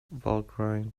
valgrind